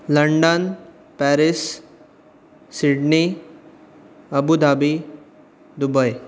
London Paris Sydney Abu Dhabi Dubai